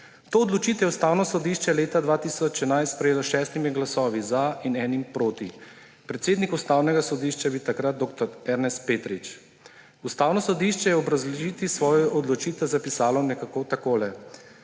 To odločitev je Ustavno sodišče leta 2011 sprejelo s šestimi glasovi za in enim proti. Predsednik Ustavnega sodišča je bil takrat dr. Ernest Petrič. Ustavno sodišče je v obrazložitvi svoje odločitve zapisalo nekako takole: